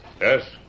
Yes